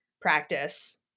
practice